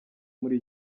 muri